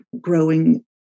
growing